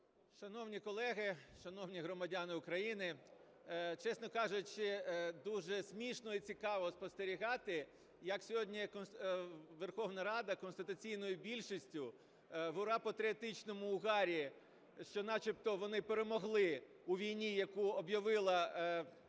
Шановні колеги, шановні громадяни України, чесно кажучи, дуже смішно і цікаво спостерігати, як сьогодні Верховна Рада конституційною більшістю в ура-патріотичному угарі, що начебто вони перемогли у війні, яку об'явили західні